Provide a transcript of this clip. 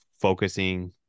focusing